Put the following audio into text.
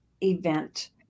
event